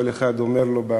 כל אחד אומר לו: